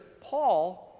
Paul